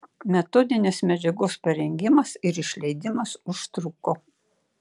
metodinės medžiagos parengimas ir išleidimas užtruko